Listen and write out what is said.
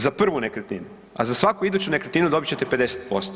Za prvu nekretninu, a za svaku iduću nekretninu, dobit ćete 50%